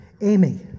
Amy